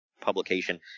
publication